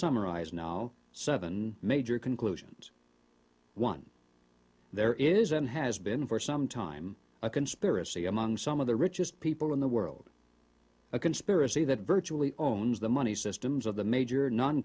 summarize now seven major conclusions one there is and has been for some time a conspiracy among some of the richest people in the world a conspiracy that virtually owns the money systems of the major non